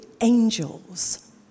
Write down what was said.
angels